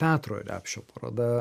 petro repšio paroda